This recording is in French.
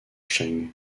cheng